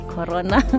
Corona